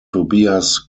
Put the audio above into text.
tobias